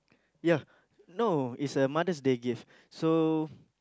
ya no is a Mother's Day gift so